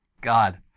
God